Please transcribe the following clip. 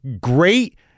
great